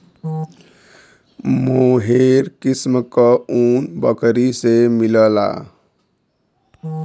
मोहेर किस्म क ऊन बकरी से मिलला